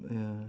ya